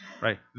right